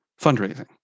fundraising